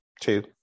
two